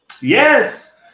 Yes